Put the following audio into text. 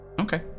Okay